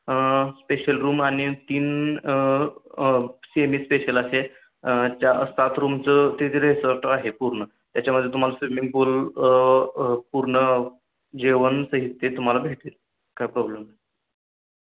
special room आणि तीन semi special असे चार सात रूमचं ते रिसॉर्ट आहे पूर्ण त्याच्यामध्ये तुम्हाला स्विमिंग पूल पूर्ण जेवणासहित ते तुम्हाला भेटेल काय प्रॉब्लेम नाही